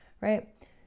right